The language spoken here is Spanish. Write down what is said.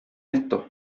esto